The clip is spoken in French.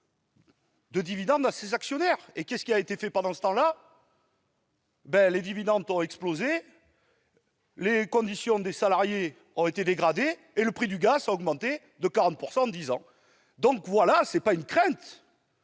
de dividendes à ses actionnaires. Que s'est-il passé pendant cette période ? Les dividendes ont explosé, les conditions des salariés ont été dégradées et le prix du gaz a augmenté de 40 % en dix ans. Ce n'est donc pas une crainte.